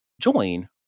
join